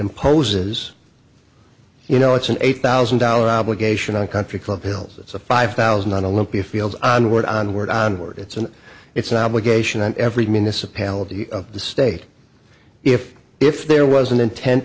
imposes you know it's an eight thousand dollars obligation on country club hills it's a five thousand on a loop the fields on word on word on word it's an it's an obligation on every municipality of the state if if there was an inten